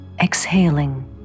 exhaling